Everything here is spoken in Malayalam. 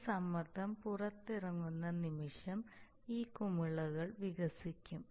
ഈ സമ്മർദ്ദം പുറത്തിറങ്ങുന്ന നിമിഷം ഈ കുമിളകൾ വികസിക്കും